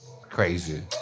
Crazy